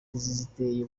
ziteye